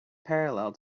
parallel